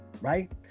right